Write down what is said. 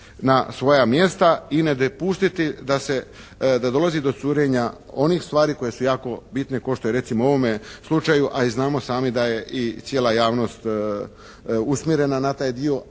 na svoja mjesta i ne dopustiti da se, da dolazi do curenja onih stvari koje su jako bitne, kao što je recimo u ovome slučaju, a i znamo sami da je i cijela javnost usmjerena na taj dio.